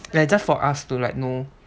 just for us to like know